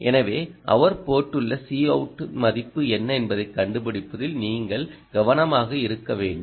எனவே அவர் போட்டுள்ள Cout மதிப்பு என்ன என்பதைக் கண்டுபிடிப்பதில் நீங்கள் கவனமாக இருக்க வேண்டும்